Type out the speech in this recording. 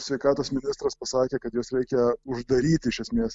sveikatos ministras pasakė kad juos reikia uždaryti iš esmės